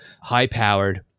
high-powered